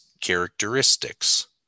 characteristics